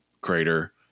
crater